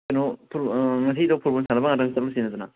ꯀꯩꯅꯣ ꯉꯁꯤꯗꯣ ꯐꯨꯠꯕꯣꯜ ꯁꯥꯟꯅꯕ ꯉꯥꯇꯪ ꯆꯠꯂꯨꯁꯤꯗꯅ